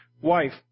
wife